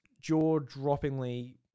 jaw-droppingly